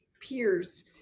peers